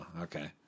Okay